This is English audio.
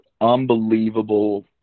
unbelievable